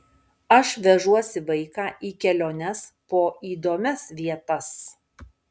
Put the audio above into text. aš vežuosi vaiką į keliones po įdomias vietas